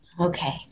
Okay